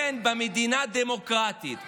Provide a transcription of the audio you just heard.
סעיף 15